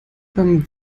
beim